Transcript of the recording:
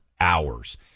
hours